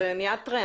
זה נהיה טרנד.